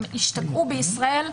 הם השתקעו בישראל,